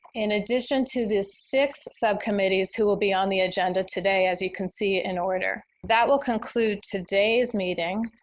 in addition to these six subcommittees who will be on the agenda today as you can see in order. that will conclude today's meeting.